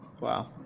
Wow